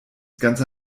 ganze